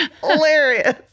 hilarious